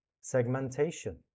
Segmentation